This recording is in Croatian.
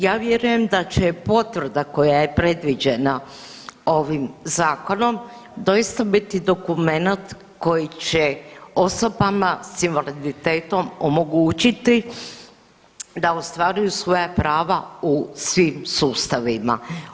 Ja vjerujem da će potvrda koja je predviđena ovim zakonom doista biti dokumenat koji će osobama s invaliditetom omogućiti da ostvaruju svoja prava u svim sustavima.